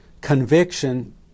conviction